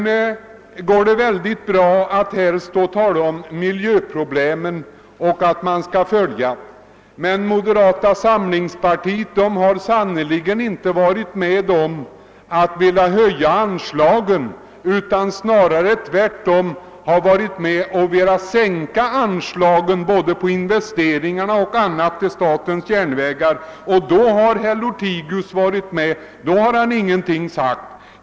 Det går naturligtvis bra att stå här och tala om miljöproblemen och om att man skall söka lösa dem. Men moderata samlingspartiet har sannerligen inte velat vara med om att höja anslagen utan har tvärtom velat sänka anslagen för investeringar o. d. till statens järnvägar. Då har herr Lothigius följt med — då har han ingenting sagt. Herr talman!